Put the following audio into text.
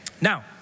Now